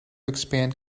expand